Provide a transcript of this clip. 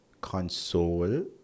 console